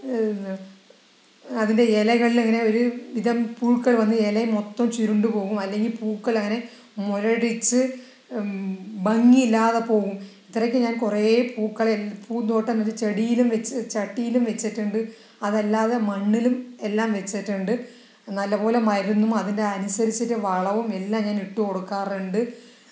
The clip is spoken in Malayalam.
അതിന്റെ ഇലകളിൽ ഇങ്ങനെ ഒരു വിധം പുഴുക്കൾ വന്ന് ഇല മൊത്തം ചുരുണ്ടു പോകും അല്ലെങ്കിൽ പൂക്കൾ അങ്ങനെ മുരടിച്ച ഭംഗിയില്ലാതെ പോകും ഇത്രയൊക്കെ ഞാൻ കുറെ പൂക്കളെ പൂന്തോട്ടങ്ങൾ ചെടിയിലും വെച്ച് ചട്ടിയിലും വെച്ചിട്ടുണ്ട് അതല്ലാതെ മണ്ണിലും എല്ലാം വെച്ചിട്ടുണ്ട് നല്ല പോലെ മരുന്നും അതിനനുസരിച്ചിട്ട് വളവും എല്ലാം ഞാൻ ഇട്ടു കൊടുക്കാറുണ്ട്